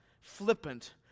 flippant